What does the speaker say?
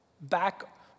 back